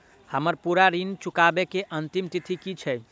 हम्मर पूरा ऋण चुकाबै केँ अंतिम तिथि की छै?